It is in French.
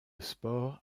sport